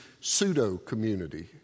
pseudo-community